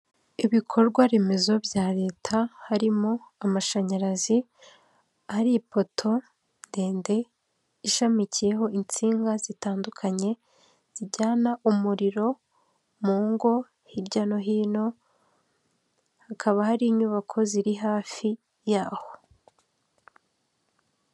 Ibikorwa remezo bya leta harimo amashanyarazi, ari ipoto ndende ishamikiyeho insinga zitandukanye zijyana umuriro mu ngo hirya no hino. Hakaba hari inyubako ziri hafi yaho.